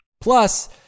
Plus